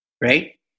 right